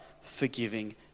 forgiving